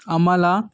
आम्हाला